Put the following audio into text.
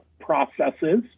processes